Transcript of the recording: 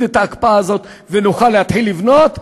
את ההקפאה הזאת ונוכל להתחיל לבנות.